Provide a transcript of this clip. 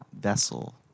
vessel